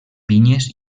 vinyes